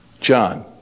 John